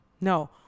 No